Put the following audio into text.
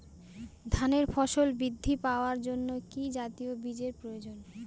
ধানে ফলন বৃদ্ধি পাওয়ার জন্য কি জাতীয় বীজের প্রয়োজন?